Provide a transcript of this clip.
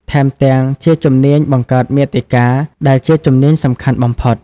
ថែមទាំងជាជំនាញបង្កើតមាតិកា ដែលជាជំនាញសំខាន់បំផុត។